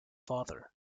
father